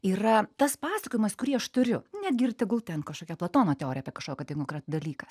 yra tas pasakojimas kurį aš turiu netgi ir tegul ten kažkokia platono teorija apie kažkokį tai konkretų dalyką